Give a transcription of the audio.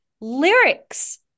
lyrics